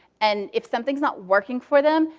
and if something's not working for them,